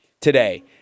today